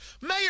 Mayor